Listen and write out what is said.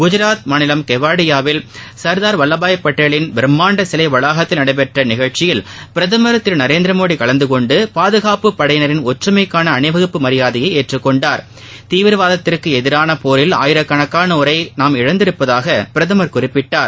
குஜராத் மாநிலம் கெவாடியாவில் சர்தார் வல்லபாய் பட்டேலின் பிரம்மாண்ட சிலை வளாகத்தில் நடைபெற்ற நிகழ்ச்சியில் பிரதமர் திரு நரேந்திர மோடி கலந்தகொண்டு பாதுகாப்புப்படையினரின் ஒற்றுமைக்கான அணிவகுப்பு மரியாதையை ஏற்றுக்கொண்டார் தீவிரவாதத்துக்கு எதிரான போரில் ஆயிரக்கணக்கானோரை நாம் இழந்திருப்பதாகவும் பிரதமர் குறிப்பிட்டார்